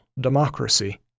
democracy